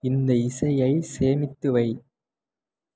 இந்த இசையை சேமித்து வை